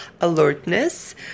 alertness